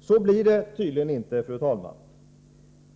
Så blir det tydligen inte, fru talman.